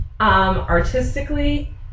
artistically